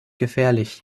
gefährlich